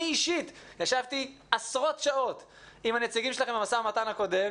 אני אישית ישבתי עשרות שעות עם הנציגים שלכם במשא ומתן הקודם,